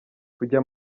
kujya